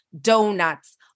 donuts